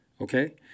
okay